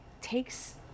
takes